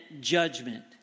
judgment